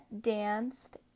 danced